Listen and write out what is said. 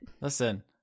listen